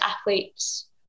athletes